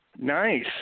Nice